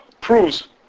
proves